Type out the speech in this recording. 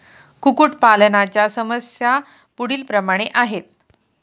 कुक्कुटपालनाच्या समस्या पुढीलप्रमाणे आहेत